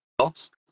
lost